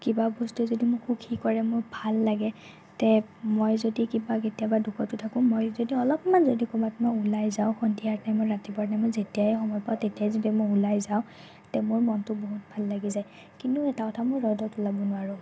কিবা বস্তুৱে যদি মোক সুখী কৰে মোৰ ভাল লাগে তে মই যদি কিবা কেতিয়াবা দুখতো থাকোঁ মই যদি অলপমান যদি ক'ৰবাত মই ওলাই যাওঁ সন্ধিয়া টাইমত ৰাতিপুৱা টাইমত যেতিয়াই সময় পাওঁ তেতিয়াই যদি মই ওলাই যাওঁ তে মোৰ মনটো বহুত ভাল লাগি যায় কিন্তু এটা কথা মই ৰ'দত ওলাব নোৱাৰোঁ